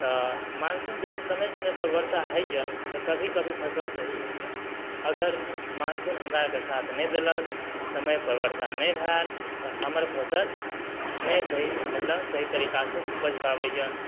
तऽ मानसून जब समय समय पर वर्षा होइया तऽ कभी कभी फसल सही होइया अगर मानसून हमरा आरके साथ नहि देलक समय पर वर्षा नहि भेल तऽ हमर फसल नहि सही मतलब सही तरीका से नहि उपज पाबैया